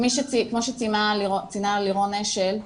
כמו שציינה לירון אשל,